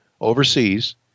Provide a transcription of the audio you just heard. overseas